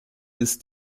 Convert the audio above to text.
ist